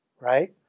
right